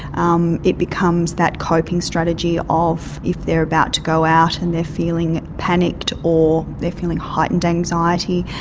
um it becomes that coping strategy of if they are about to go out and they are feeling panicked or they are feeling heightened anxiety,